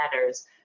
matters